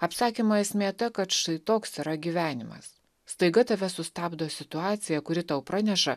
apsakymo esmė ta kad štai toks yra gyvenimas staiga tave sustabdo situacija kuri tau praneša